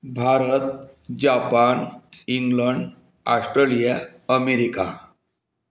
Bharat Japan England Australia America